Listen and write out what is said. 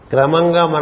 Kramanga